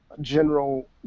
general